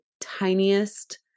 tiniest